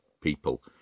people